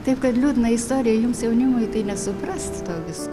taip kad liūdna istorija jums jaunimui tai nesuprast to viso